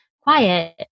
quiet